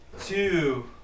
two